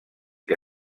que